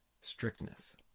strictness